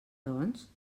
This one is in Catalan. doncs